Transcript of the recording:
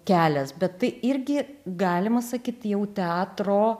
kelias bet tai irgi galima sakyt jau teatro